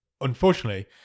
unfortunately